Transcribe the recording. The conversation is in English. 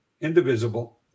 indivisible